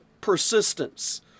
persistence